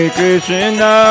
Krishna